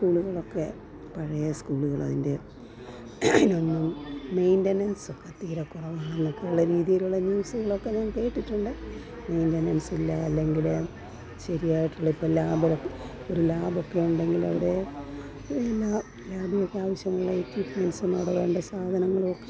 സ്കൂളുകളൊക്കെ പഴയ സ്കൂളുകളതിൻ്റെ അതിനൊന്നും മെയിൻറ്റനൻസ് ഒക്കെ തീരെ കുറവാണെന്നൊക്കെയുള്ള രീതിയിലുള്ള ന്യൂസുകളൊക്കെ ഞാൻ കേട്ടിട്ടുണ്ട് മെയിൻറ്റനൻസ് ഇല്ല അല്ലെങ്കിൽ ശരിയായിട്ടുള്ള ഇപ്പോൾ ലാബോ ഒരു ലാബൊക്കെ ഉണ്ടെങ്കിൽ അവരെ ഈ ലാബിലേക്കാവശ്യമുള്ള എക്യുപ്മെൻറ്റ്സ് അവിടെ വേണ്ട സാധനങ്ങളൊക്കെ